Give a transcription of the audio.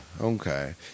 Okay